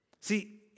See